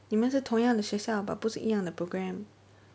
你们是同样的学校 but 不是一样的 programme